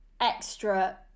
extra